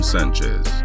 Sanchez